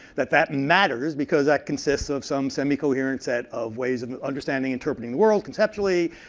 that that matters, because that consists of some semi-coherent set of ways and understanding, interpreting the world conceptually,